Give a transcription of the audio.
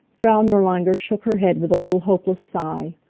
frau nirlanger shook her head with a little hopeless sigh.